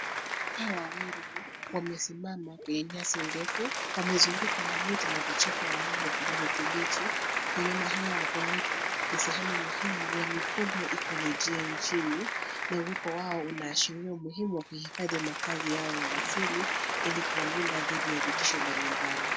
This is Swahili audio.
Paa wawili wamesimama kwenye nyasi ndefu. Wamezungukwa na miti na vichaka ya rangi ya kijani kibichi . Wanyama Hawa wa porini ni sehemu muhimu ya mifumo ikolojia inchini, na upo wao unaashiria umuhimu wa kuhifadhi makazi yao ya asili, ili kuwalinda dhidi ya vitisho mbalimbali.